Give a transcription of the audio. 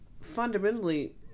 fundamentally